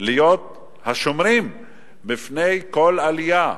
להיות השומרים בפני כל עלייה,